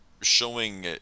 showing